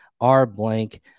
R-Blank